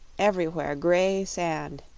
everywhere gray sand.